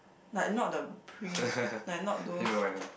like not the pre~ like not those